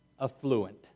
affluent